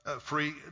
free